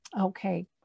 Okay